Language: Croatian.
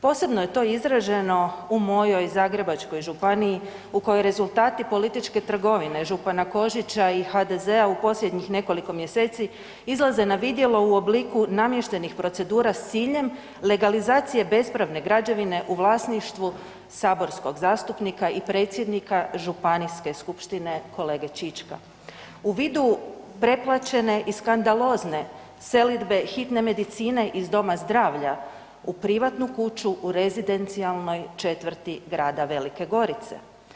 Posebno je to izraženo u mojoj Zagrebačkoj županiji u kojoj rezultati političke trgovine župana Kožića i HDZ-a u posljednjih nekoliko mjeseci izlaze na vidjelo u obliku namještenih procedura s ciljem legalizacije bespravne građevine u vlasništvu saborskog zastupnika i predsjednika županijske skupštine kolege Čička u vidu preplaćene i skandalozne selidbe hitne medicine iz doma zdravlja u privatnu kuću u rezidencijalnoj četvrti grada Velike Gorice.